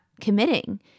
committing